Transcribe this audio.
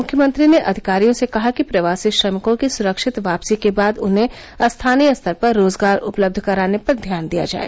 मुख्यमंत्री ने अधिकारियों से कहा कि प्रवासी श्रमिकों की स्रक्षित वापसी के बाद उन्हें स्थानीय स्तर पर रोजगार उपलब्ध कराने पर ध्यान दिया जाए